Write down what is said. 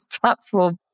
platform